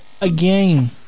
again